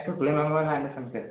जानायफोरखौलाय मा मा लानो सानखो